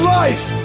life